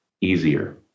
easier